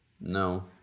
No